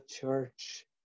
church